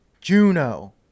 Juno